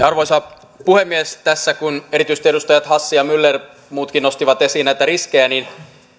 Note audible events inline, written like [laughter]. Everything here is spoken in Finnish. [unintelligible] arvoisa puhemies tässä kun erityisesti edustajat hassi ja myller ja muutkin nostivat esiin näitä riskejä niin